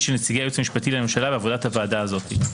של נציגי הייעוץ המשפטי לממשלה בעבודת הוועדה הזאת.